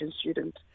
student